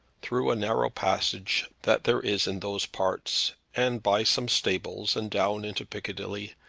through a narrow passage that there is in those parts, and by some stables, and down into piccadilly,